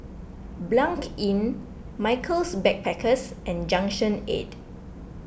Blanc Inn Michaels Backpackers and Junction eight